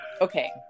Okay